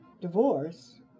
divorce